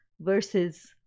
versus